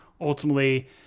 ultimately